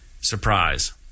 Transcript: Surprise